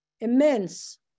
immense